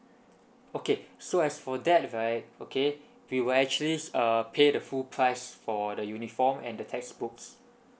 okay so as for that right okay we were actually uh pay the full price for the uniform and the textbooks